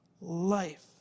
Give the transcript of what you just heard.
life